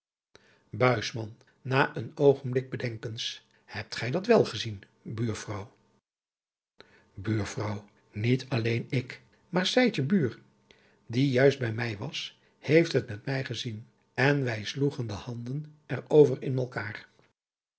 na een oogenblik bedenkens hebt gij dat wél gezien buurvrouw buurvrouw niet alleen ik maar sijtje buur die juist bij mij was heeft het met mij gezien en wij sloegen de handen er over in malkaâr